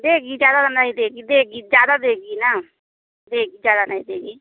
देगी ज़्यादा नहीं देगी देगी ज़्यादा देगी ना देगी ज़्यादा नहीं देगी